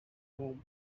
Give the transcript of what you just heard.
room